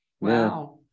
Wow